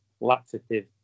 laxative